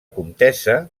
comtessa